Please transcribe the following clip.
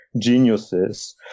geniuses